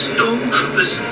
Stormtroopers